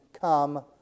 Come